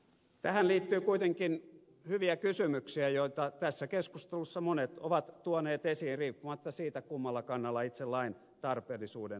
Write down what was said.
tähän liittyy kuitenkin hyviä kysymyksiä joita tässä keskustelussa monet ovat tuoneet esiin riippumatta siitä kummalla kannalla itse lain tarpeellisuuden suhteen ovat